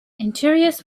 interiors